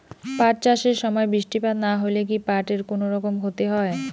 পাট চাষ এর সময় বৃষ্টিপাত না হইলে কি পাট এর কুনোরকম ক্ষতি হয়?